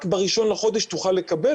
רק ב-1 לחודש תוכל לקבל,